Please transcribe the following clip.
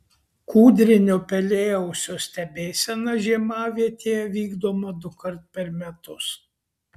kūdrinio pelėausio stebėsena žiemavietėje vykdoma dukart per metus